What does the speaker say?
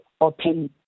open